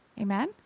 Amen